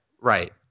right